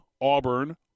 Auburn